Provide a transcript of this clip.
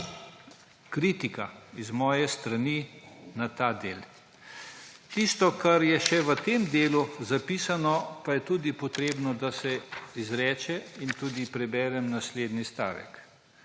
kritika z moje strani na ta del. Zatisto, kar je še v tem delu zapisano, pa je tudi potrebno, da se izreče in zato tudi preberem naslednji stavek.